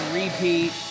repeat